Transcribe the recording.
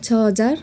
छ हजार